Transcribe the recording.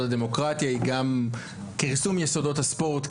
הדמוקרטיה היא גם כרסום יסודות הספורט,